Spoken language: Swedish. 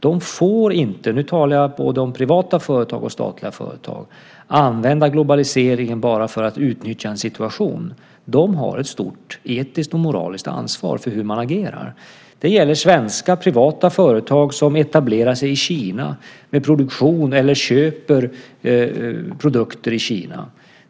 De får inte - jag talar både om privata och statliga företag - använda globaliseringen bara för att utnyttja en situation. De har ett stort etiskt och moraliskt ansvar för hur de agerar. Det gäller svenska privata företag som etablerar sig i Kina med produktion eller köper produkter i Kina.